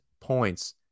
points